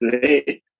great